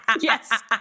Yes